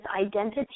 identity